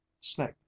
Snake